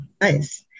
nice